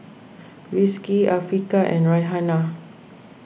Rizqi Afiqah and Raihana